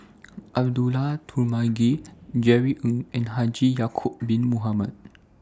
Abdullah Tarmugi Jerry Ng and Haji Ya'Acob Bin Mohamed